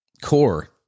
core